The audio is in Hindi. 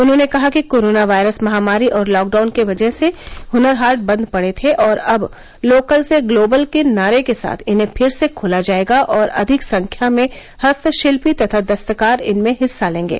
उन्होंने कहा कि कोरोना वायरस महामारी और लॉकडाउन के वजह से हुनर हाट बंद पडे थे और अब लोकल से ग्लोबल के नारे के साथ इन्हें फिर से खोला जायेगा और अधिक संख्या में हस्तशिल्पी तथा दस्तकार इनमें हिस्सा लेंगे